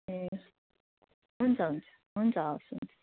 ए हुन्छ हुन्छ हुन्छ हवस् हुन्छ